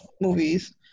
movies